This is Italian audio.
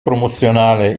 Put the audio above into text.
promozionale